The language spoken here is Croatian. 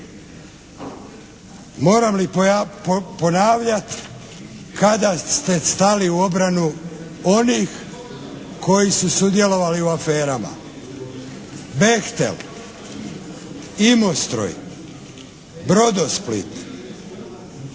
Moram li ponavljati kada ste stali u obranu onih koji su sudjelovali u aferama? "Bechtel", "Imostroj", "Brodosplit",